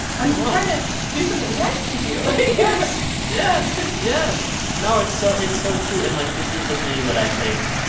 i'm trying to do something nice to you. yes, yes, yes. no, it's so it's so true. and, like, this is a thing that i think